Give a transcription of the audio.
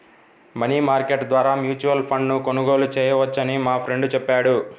money market ద్వారా mutual ఫండ్ను కొనుగోలు చేయవచ్చని మా ఫ్రెండు చెప్పాడు